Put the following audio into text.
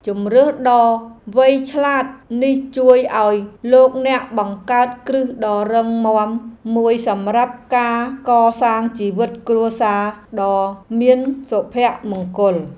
ជម្រើសដ៏វៃឆ្លាតនេះជួយឱ្យលោកអ្នកបង្កើតគ្រឹះដ៏រឹងមាំមួយសម្រាប់ការកសាងជីវិតគ្រួសារដ៏មានសុភមង្គល។